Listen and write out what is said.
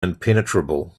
impenetrable